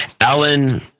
Alan